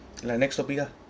like next topic ah